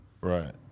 Right